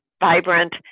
vibrant